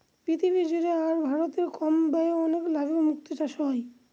পৃথিবী জুড়ে আর ভারতে কম ব্যয়ে অনেক লাভে মুক্তো চাষ হয়